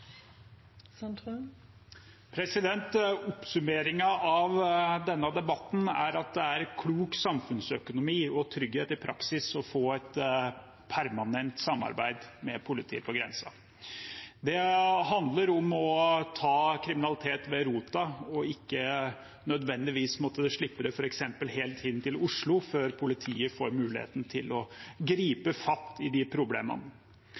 er klok samfunnsøkonomi og trygghet i praksis å få et permanent samarbeid med politiet på grensen. Det handler om å ta kriminalitet ved roten og ikke nødvendigvis måtte slippe det f.eks. helt inn til Oslo før politiet får muligheten til å gripe fatt i problemene.